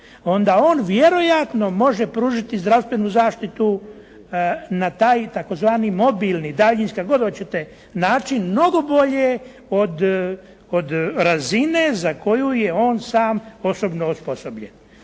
onda on vjerojatno može pružiti zdravstvenu zaštitu na taj tzv. mobilni, daljinski, kako god hoćete način mnogo bolje od razine za koju je on sam osobno osposobljen.